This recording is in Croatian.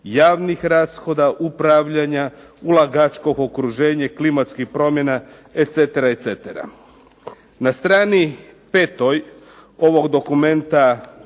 javnih rashoda upravljanja ulagačko okruženje, klimatskih promjena etc. etc. Na strani 5. ovog dokumenta